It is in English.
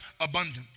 abundant